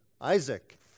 Isaac